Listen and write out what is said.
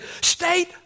state